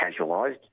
casualised